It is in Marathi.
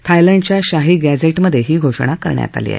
थायलंडच्या शाही गॅझेटमधे ही घोषणा करण्यात आली आहे